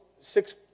six